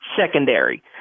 secondary